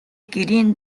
гэрийн